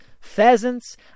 pheasants